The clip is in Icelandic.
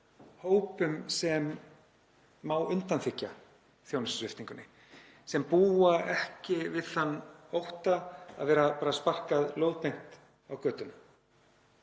hópum sem má undanþiggja þjónustusviptingunni, sem búa ekki við þann ótta að vera bara sparkað lóðbeint á götuna.